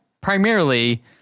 primarily